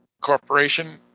corporation